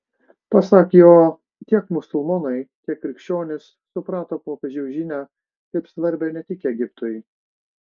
pasak jo tiek musulmonai tiek krikščionys suprato popiežiaus žinią kaip svarbią ne tik egiptui